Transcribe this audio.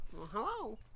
Hello